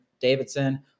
Davidson